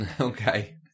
Okay